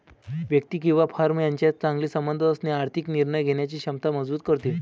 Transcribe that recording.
व्यक्ती किंवा फर्म यांच्यात चांगले संबंध असणे आर्थिक निर्णय घेण्याची क्षमता मजबूत करते